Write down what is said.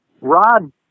Rod